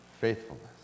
faithfulness